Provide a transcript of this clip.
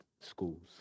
schools